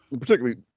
particularly